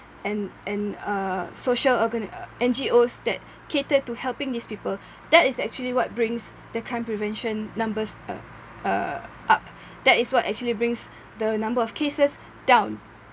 and and uh social orga~ uh N_G_Os that cater to helping these people that is actually what brings the crime prevention numbers uh uh up that is what actually brings the number of cases down